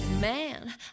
Man